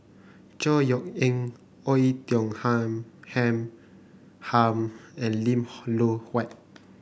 Chor Yeok Eng Oei Tiong Ham Ham and Lim Loh Huat